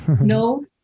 no